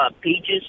peaches